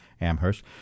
Amherst